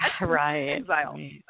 Right